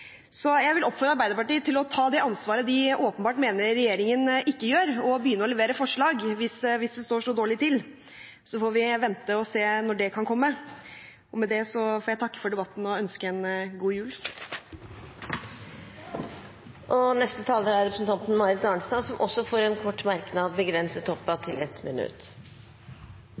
Jeg vil oppfordre Arbeiderpartiet til å ta det ansvaret de åpenbart mener at regjeringen ikke tar, og begynne å levere forslag, hvis det står så dårlig til. Så får vi vente og se når det kan komme. Med det får jeg takke for debatten og ønske en god jul. Representanten Marit Arnstad har hatt ordet to ganger tidligere og får ordet til en kort merknad, begrenset